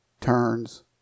turns